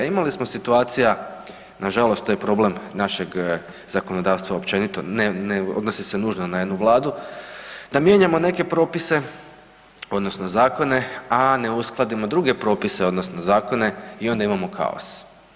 A imali smo situacija, nažalost to je problem našeg zakonodavstva općenito, ne odnosi se nužno na jednu vladu, da mijenjamo neke propise, odnosno zakone, a ne uskladimo druge propise, odnosno zakone i onda imamo kaos.